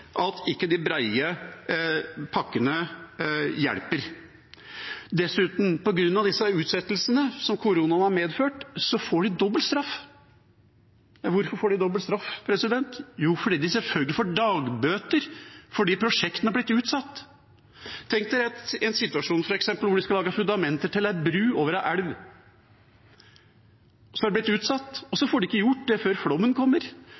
de brede pakkene ikke hjelper. Dessuten: På grunn av disse utsettelsene som koronaen har medført, får de dobbel straff. Hvorfor får de dobbel straff? Jo, fordi de selvfølgelig får dagbøter fordi prosjektene har blitt utsatt. Man kan tenke seg en situasjon der man skal lage fundamentet til en bro over en elv, som er blitt utsatt. Så får de ikke gjort det før flommen kommer.